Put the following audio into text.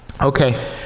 Okay